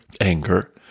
anger